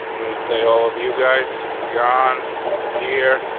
i'm going to say all of you guys gone disappear.